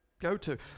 go-to